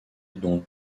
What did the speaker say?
dont